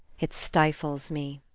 it stifles me.